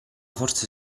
forse